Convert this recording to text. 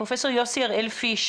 פרופ' יוסי הראל-פיש,